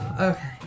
okay